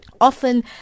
often